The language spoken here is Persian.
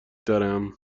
دارم